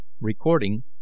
Recording